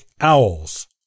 owls